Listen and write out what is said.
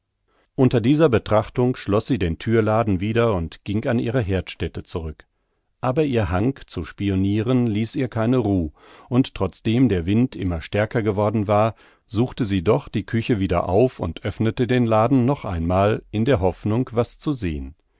unter dieser betrachtung schloß sie den thürladen wieder und ging an ihre herdstätte zurück aber ihr hang zu spioniren ließ ihr keine ruh und trotzdem der wind immer stärker geworden war suchte sie doch die küche wieder auf und öffnete den laden noch einmal in der hoffnung was zu sehen